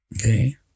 Okay